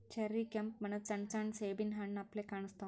cherry ಕೆಂಪ್ ಬಣ್ಣದ್ ಸಣ್ಣ ಸಣ್ಣು ಸೇಬಿನ್ ಹಣ್ಣ್ ಅಪ್ಲೆ ಕಾಣಸ್ತಾವ್